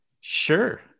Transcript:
Sure